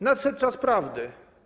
Nadszedł czas prawdy.